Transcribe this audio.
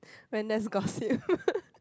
when there's gossip